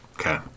Okay